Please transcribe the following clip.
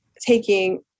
taking